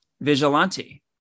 Vigilante